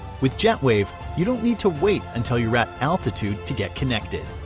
with jetwave you don't need to wait until you're at altitude to get connected.